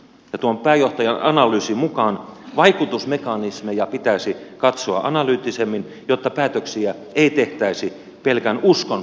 tuon pääjohtajan analyysin mukaan vaikutusmekanismeja pitäisi katsoa analyyttisemmin jotta päätöksiä ei tehtäisi pelkän uskon perusteella